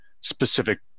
specific